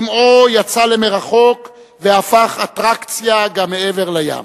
שמעו יצא למרחוק והפך אטרקציה גם מעבר לים.